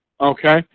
okay